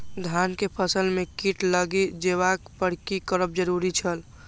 धान के फसल में कीट लागि जेबाक पर की करब जरुरी छल?